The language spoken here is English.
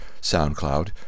SoundCloud